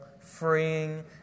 freeing